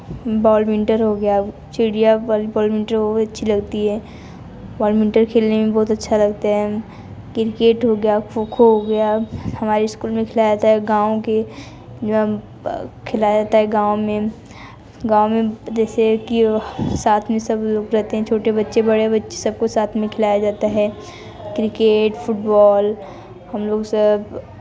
badminton हो गया चिड़िया बहुत अच्छी लगती है बैडमिंटन खेलने में बहुत अच्छा लगता है क्रिकेट हो गया खो खो हो गया हमारे इस्कुल में खिलाया जाता है गाँव के खिलाया जाता है गाँव में गाँव में जैसे कि साथ में सब लोग रहते हैं छोटे बच्चे बड़े बच्चे सबको साथ में खिलाया जाता है क्रिकेट फुटबॉल हम लोग सब